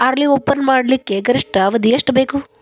RD open ಮಾಡಲಿಕ್ಕ ಗರಿಷ್ಠ ಅವಧಿ ಎಷ್ಟ ಬೇಕು?